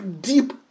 deep